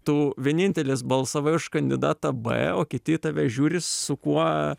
tu vienintelis balsavai už kandidatą b o kiti į tave žiūri su kuo